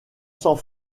sang